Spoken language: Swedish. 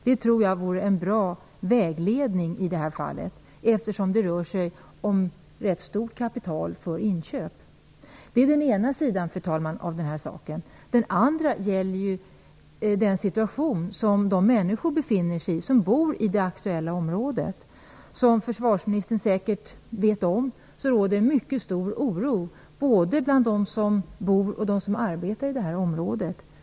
Det tror jag vore en bra vägledning i detta fall, eftersom det rör sig om ett ganska stort kapital för inköp. Detta är den ena sidan av den här saken. Fru talman! Den andra sidan gäller den situation som de människor som bor i det aktuella området befinner sig i. Som försvarsministern säkert vet råder mycket stor oro bland dem som bor och/eller arbetar i det här området.